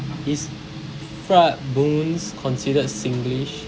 is fried buns considered singlish